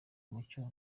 mucyo